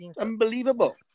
Unbelievable